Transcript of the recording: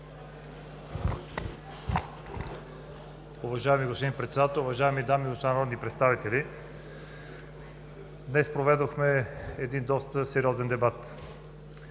Уважаеми господин Председател, уважаеми дами и господа народни представители! Днес проведохме един доста сериозен дебат